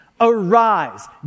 arise